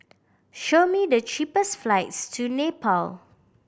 show me the cheapest flights to Nepal